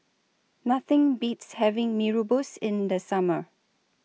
Nothing Beats having Mee Rebus in The Summer